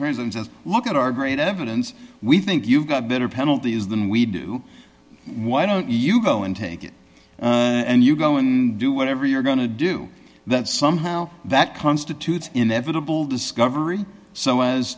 says look at our great evidence we think you've got better penalties than we do why don't you go and take it and you go in and do whatever you're going to do that somehow that constitutes inevitable discovery so as